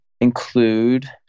include